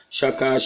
Shaka